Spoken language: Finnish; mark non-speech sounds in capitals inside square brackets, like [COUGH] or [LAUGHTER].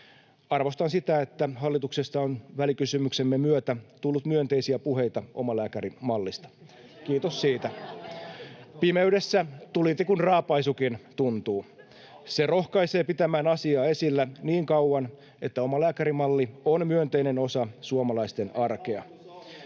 Arvostan sitä, että hallituksesta on välikysymyksemme myötä tullut myönteisiä puheita omalääkärimallista. [NOISE] Kiitos siitä. Pimeydessä tulitikun raapaisukin tuntuu. Se rohkaisee pitämään asiaa esillä niin kauan, että omalääkärimalli on myönteinen osa suomalaisten arkea.